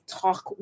talk